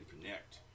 connect